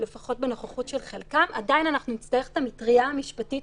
אחרון - חשוב לי לומר שעוד שלפני המגיפה פרצה בשיאה,